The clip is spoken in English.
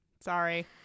Sorry